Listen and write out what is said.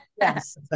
Yes